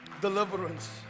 deliverance